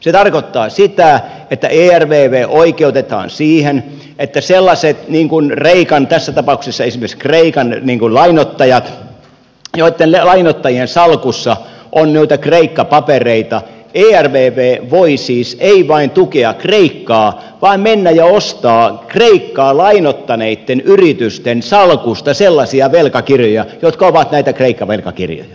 se tarkoittaa sitä ervv oikeutetaan siihen että kun on sellaisia tässä tapauksessa esimerkiksi kreikan lainoittajia joitten lainoittajien salkussa on noita kreikka papereita niin ervv voi siis ei vain tukea kreikkaa vaan mennä ja ostaa kreikkaa lainoittaneitten yritysten salkusta sellaisia velkakirjoja jotka ovat näitä kreikka velkakirjoja